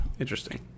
interesting